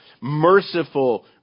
merciful